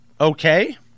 okay